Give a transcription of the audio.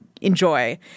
enjoy